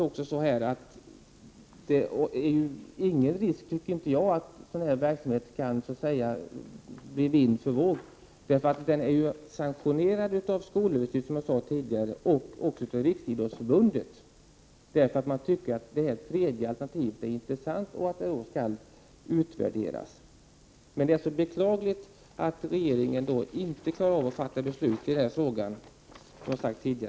Det är ingen risk för att sådan här verksamhet lämnas vind för våg. Den är ju sanktionerad av skolöverstyrelsen och Riksidrottsförbundet, därför att det tredje alternativet är intressant och skall utvärderas. Det är alltså beklagligt att regeringen inte klarar att fatta beslut i denna fråga.